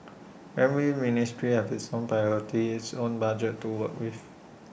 every ministry has its own priorities its own budget to work with